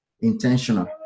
intentional